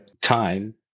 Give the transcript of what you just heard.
time